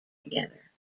together